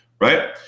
right